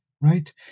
right